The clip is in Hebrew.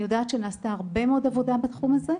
אני יודעת שנעשתה הרבה מאוד עבודה בתחום הזה.